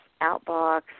outbox